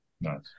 Nice